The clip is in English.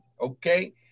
okay